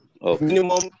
Minimum